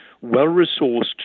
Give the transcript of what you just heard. well-resourced